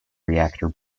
reactor